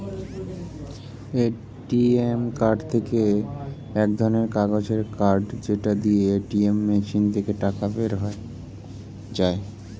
ATM card এক ধরণের কাগজের কার্ড যেটা দিয়ে এটিএম মেশিন থেকে টাকা বের করা যায়